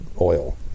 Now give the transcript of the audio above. oil